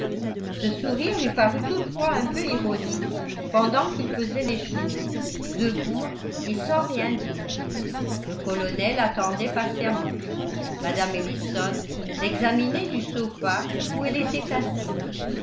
ce sourire lui parut toutefois un peu ironique pendant qu'il pesait les choses debout et sans rien dire le colonel attendait patiemment mme ellison l'examinait du sofa où elle était assise